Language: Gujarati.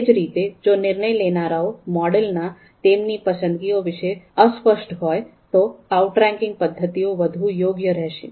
એ જ રીતે જો નિર્ણય લેનારાઓ મોડેલમાં તેમની પસંદગીઓ વિશે અસ્પષ્ટ હોય તો આઉટરેન્કિંગ પદ્ધતિઓ વધુ યોગ્ય રહેશે